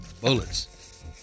bullets